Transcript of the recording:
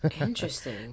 interesting